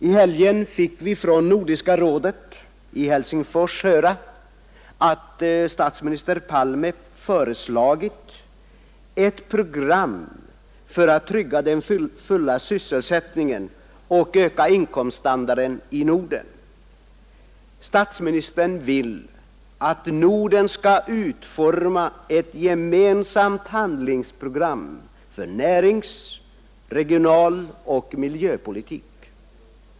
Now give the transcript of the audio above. I helgen fick vi från Nordiska rådet i Helsingfors höra att statsminister Palme föreslagit program för att trygga den fulla sysselsättningen och öka inkomststandarden i Norden. Statsministern vill att Norden skall utforma ett gemensamt handlingsprogram för närings-, regionaloch miljöpolitik.